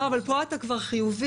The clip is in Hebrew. לא, פה אתה כבר חיובי.